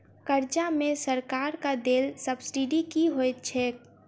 कर्जा मे सरकारक देल सब्सिडी की होइत छैक?